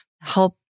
help